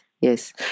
yes